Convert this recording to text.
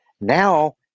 now